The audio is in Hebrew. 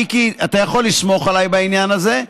מיקי, אתה יכול לסמוך עליי בעניין הזה.